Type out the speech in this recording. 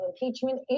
impeachment